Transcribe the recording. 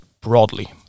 broadly